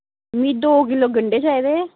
दौ किलो गंढे चाहिदे